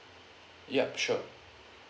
yup sure